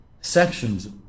sections